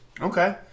Okay